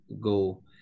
go